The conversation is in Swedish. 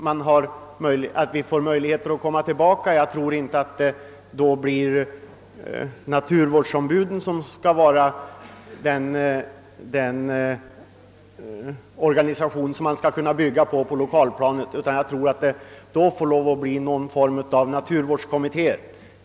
Jag tror inte att man då kan bygga naturvården i kommunerna på naturvårdsombuden, utan vi måste få någon form av naturvårdskommittéer.